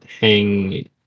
hang